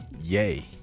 yay